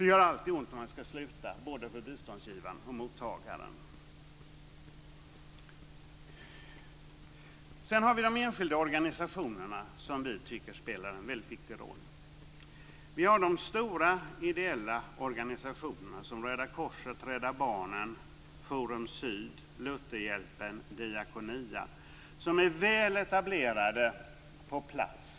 Det gör alltid ont att sluta både för biståndsgivaren och för mottagaren. De enskilda organisationerna spelar en väldigt viktig roll. De stora ideella organisationerna är Röda korset, Rädda Barnen, Forum syd, Lutherhjälpen och Diakonia. Dessa organisationer är väl etablerade på plats.